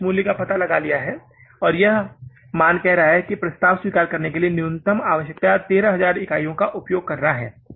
हमने इस मूल्य का पता लगा लिया है और यह मान कह रहा है कि प्रस्ताव को स्वीकार करने के लिए न्यूनतम आवश्यकता 13000 इकाइयों का उपयोग करना है